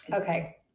Okay